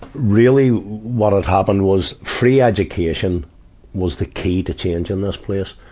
really what had happened was free education was the key to changing this place.